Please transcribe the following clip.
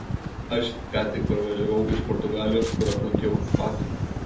aš ką tik parvažiavau iš portugalijos kur aplankiau fatimą